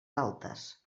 altas